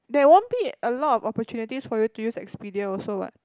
there won't be a lot of opportunities for you to use Expedia also what